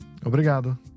Obrigado